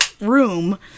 room